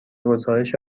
گزارش